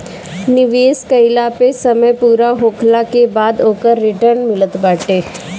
निवेश कईला पअ समय पूरा होखला के बाद ओकर रिटर्न मिलत बाटे